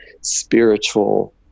spiritual